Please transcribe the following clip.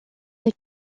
qui